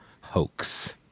Hoax